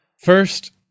first